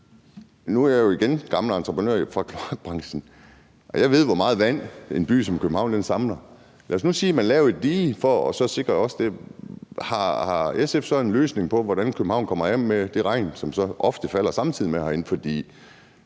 at jeg er gammel entreprenør, og jeg ved, hvor meget vand en by som København samler. Lad os nu sige, at man lavede et dige for at lave sikring, og har SF så en løsning på, hvordan København kommer af med den regn, som så ofte falder herinde? Ellers